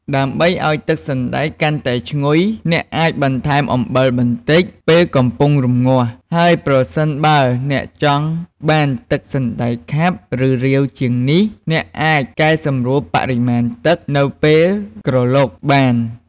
ដើម្បីឱ្យទឹកសណ្ដែកកាន់តែឈ្ងុយ អ្នកអាចបន្ថែមអំបិលបន្តិចពេលកំពុងរំងាស់ ហើយប្រសិនបើអ្នកចង់បានទឹកសណ្ដែកខាប់ ឬរាវជាងនេះ អ្នកអាចកែសម្រួលបរិមាណទឹកនៅពេលក្រឡុកបាន។